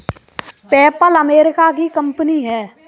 PayPal America की company है